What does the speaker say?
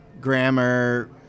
grammar